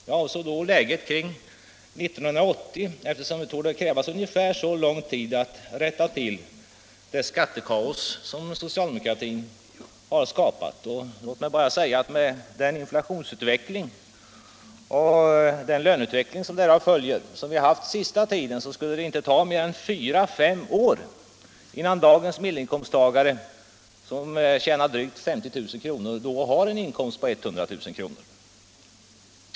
Jag avsåg då läget år 1980, eftersom det torde krävas ungefär så lång tid att rätta till det skattekaos som socialdemokratin har skapat. Och låt mig säga att med den inflationsutveckling som vi har haft den senaste tiden samt den löneutveckling som därav följer skulle det inte ta mer än fyra fem år innan dagens medelinkomsttagare, som nu tjänar drygt 50 000 kr., har en inkomst på 100 000 kr.